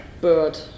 bird